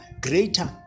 greater